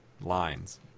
lines